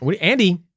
Andy